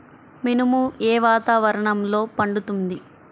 మినుము ఏ వాతావరణంలో పండుతుంది?